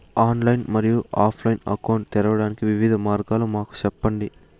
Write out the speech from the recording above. Online మరియు offline account తెరవడానికి వివిధ మార్గాలు మాకు సెప్పండి?